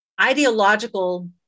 ideological